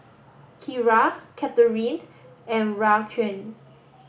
Kira Katherin and Raquan